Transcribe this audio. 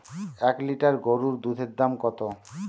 এক লিটার গোরুর দুধের দাম কত?